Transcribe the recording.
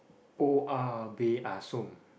oh-ah-beh-ah-som